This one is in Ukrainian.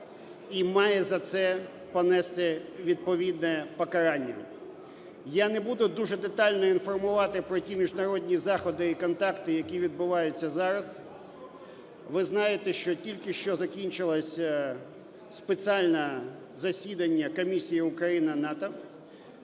і має за це понести відповідне покарання. Я не буду дуже детально інформувати про ті міжнародні заходи і контакти, які відбуваються зараз. Ви знаєте, що тільки що закінчилося спеціальне засідання Комісії Україна - НАТО.